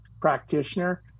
practitioner